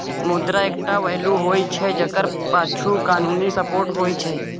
मुद्रा एकटा वैल्यू होइ छै जकर पाछु कानुनी सपोर्ट होइ छै